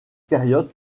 période